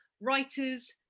writers